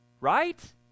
right